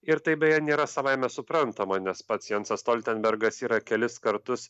ir tai beje nėra savaime suprantama nes pats jansas stoltenbergas yra kelis kartus